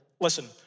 listen